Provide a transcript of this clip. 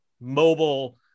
Mobile